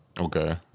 Okay